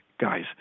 guys